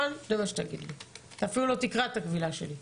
אתה אפילו לא תקרא את הקבילה שלי,